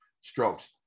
strokes